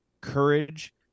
courage